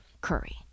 Curry